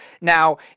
Now